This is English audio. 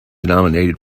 nominated